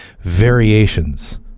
variations